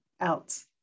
else